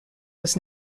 was